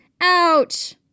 Ouch